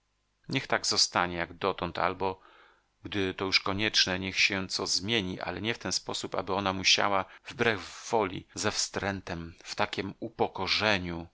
niech tak zostanie jak dotąd albo gdy to już konieczne niech się co zmieni ale nie w ten sposób aby ona musiała wbrew woli ze wstrętem w takiem upokorzeniu